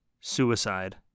suicide